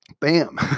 Bam